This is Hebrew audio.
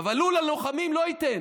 אבל הוא ללוחמים לא ייתן.